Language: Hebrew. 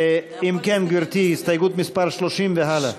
אם כן, גברתי, הסתייגות מס' 30 והלאה.